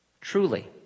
Truly